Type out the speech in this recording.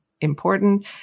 important